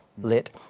lit